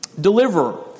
deliverer